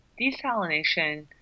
desalination